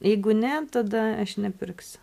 jeigu ne tada aš nepirksiu